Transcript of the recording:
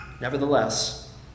nevertheless